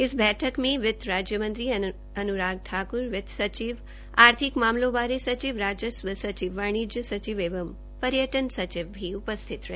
इस बैठक में वितराज्य मंत्री अन्राग ठाक्र वित्त सचिव आर्थिक मामलों बारे सचिव राजस्व सचिव वाणिज्य सचिव एवं पर्यटन सचिव भी उपस्थित रहे